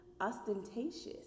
ostentatious